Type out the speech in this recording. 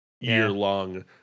year-long